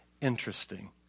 interesting